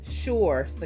Sure